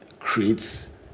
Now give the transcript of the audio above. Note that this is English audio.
creates